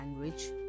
language